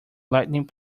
lighting